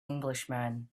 englishman